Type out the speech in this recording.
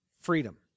freedom